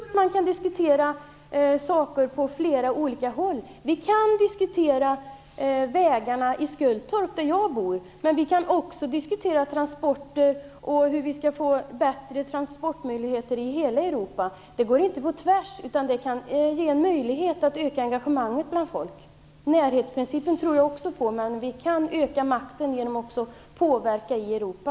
Herr talman! Jag håller inte med om det. Jag tror att saker kan diskuteras på flera olika håll. Vi kan diskutera vägarna i Skultorp, där jag bor. Men vi kan också diskutera transporter och hur vi kan få bättre transportmöjligheter i hela Europa. Det går inte på tvärs här, utan det kan ge möjligheter till ett ökat engagemang bland folk. Närhetsprincipen tror också jag på, men vi kan även öka makten genom att påverka i Europa.